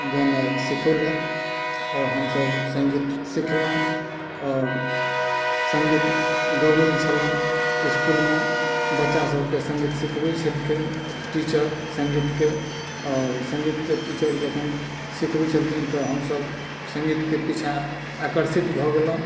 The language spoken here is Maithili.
गनाय सिखोलथि आओर हमसब सङ्गीत सिखलहुँ आओर सङ्गीत गबय छलहुँ इसकुलमे बच्चा सबके सङ्गीत सिखबय छलखिन टीचर सङ्गीतके आओर सङ्गीतके टीचर जखन सिखबय छलखिन तऽ हमसब सङ्गीतके पीछा आकर्षित भऽ गेलहुँ